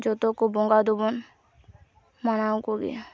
ᱡᱚᱛᱚ ᱠᱚ ᱵᱚᱸᱜᱟᱫᱚ ᱵᱚᱱ ᱢᱟᱱᱟᱣ ᱠᱚ ᱜᱮᱭᱟ